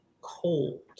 cold